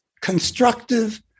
constructive